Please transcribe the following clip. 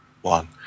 One